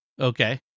Okay